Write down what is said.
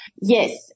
Yes